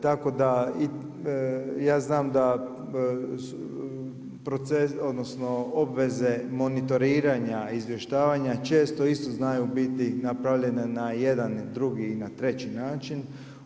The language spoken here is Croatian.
Tako da i ja znam, da odnosno, obveze monitoriranja izvještavanja, često isto znaju biti napravljena na jedan, na drugi i na treći način.